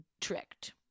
tricked